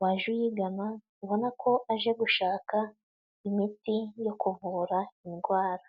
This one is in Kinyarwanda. waje uyigana ubona ko aje gushaka imiti yo kuvura indwara.